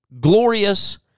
glorious